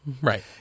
Right